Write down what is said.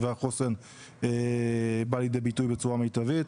והחוסן בא לידי ביטוי בצורה מיטבית.